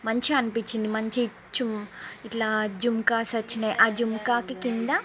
మంచిగా అనిపించింది మంచి చుం ఇట్లా జుంకాస్ వచ్చాయి ఆ జుంకాకి క్రింద